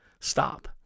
stop